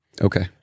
okay